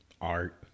art